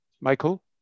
Michael